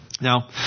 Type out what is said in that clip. Now